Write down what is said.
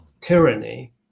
tyranny